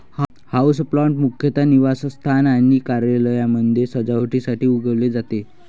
houseplant मुख्यतः निवासस्थान आणि कार्यालयांमध्ये सजावटीसाठी उगवले जाते